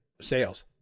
sales